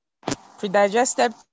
Predigested